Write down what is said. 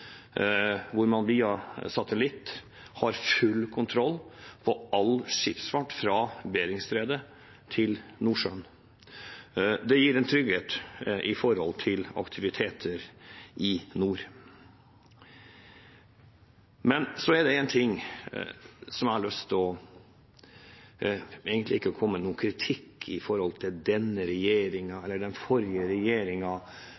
hvor man via satellitt har full kontroll på all skipsfart fra Beringstredet til Nordsjøen. Det gir en trygghet når det gjelder aktiviteter i nord. Så er det en ting jeg har lyst til – egentlig er det ikke å komme med kritikk til denne eller den forrige